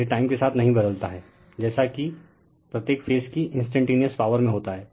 यह टाइम के साथ नहीं बदलता है जैसा कि प्रत्येक फेज की इंस्टेंटेनिअस पॉवर में होता है